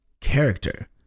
character